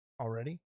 already